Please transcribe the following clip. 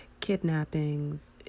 kidnappings